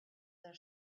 their